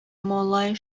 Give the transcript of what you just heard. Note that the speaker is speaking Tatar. малай